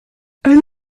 elle